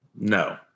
no